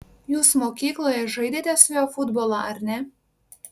jūs mokykloje žaidėte su juo futbolą ar ne